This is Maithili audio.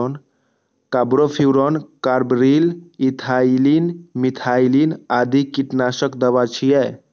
कार्बोफ्यूरॉन, कार्बरिल, इथाइलिन, मिथाइलिन आदि कीटनाशक दवा छियै